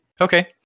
Okay